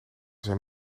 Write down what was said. zijn